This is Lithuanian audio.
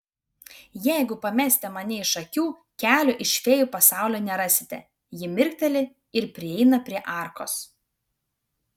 jeigu pamesite mane iš akių kelio iš fėjų pasaulio nerasite ji mirkteli ir prieina prie arkos